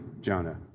Jonah